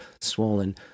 swollen